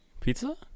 pizza